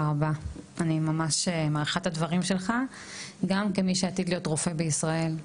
אני ממש מעריכה את הדברים שלך גם כמי שעתיד להיות רופא בישראל,